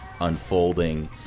unfolding